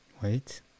Wait